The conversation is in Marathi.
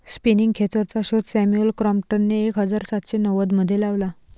स्पिनिंग खेचरचा शोध सॅम्युअल क्रॉम्प्टनने एक हजार सातशे नव्वदमध्ये लावला